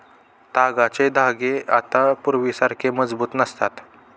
तागाचे धागे आता पूर्वीसारखे मजबूत नसतात